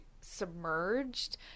submerged